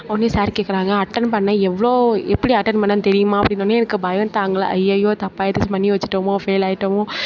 உடனே சார் கேட்குறாங்க அட்டன் பண்ண எவ்வளோ எப்படி அட்டன் பண்ணேன்னு தெரியுமா அப்படின்னவொன்னே எனக்கு பயம் தாங்கலை ஐய்யய்யோ தப்பாக எதுவும் பண்ணி வச்சுட்டோமோ ஃபெயிலாகிட்டமோ